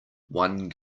one